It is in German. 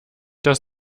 das